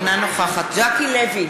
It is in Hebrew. אינה נוכחת ז'קי לוי,